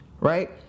right